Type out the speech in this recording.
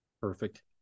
Perfect